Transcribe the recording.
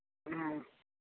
हाँ